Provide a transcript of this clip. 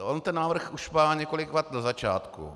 On ten návrh už má několik vad na začátku.